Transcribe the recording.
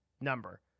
number